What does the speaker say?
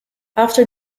after